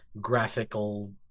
graphical